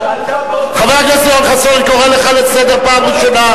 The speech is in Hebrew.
אתה מנעת חקירה אמיתית של האסון הזה.